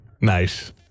Nice